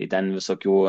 tai ten visokių